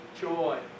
joy